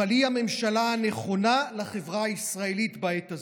אבל היא הממשלה הנכונה לחברה הישראלית בעת הזאת.